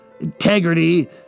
integrity